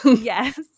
yes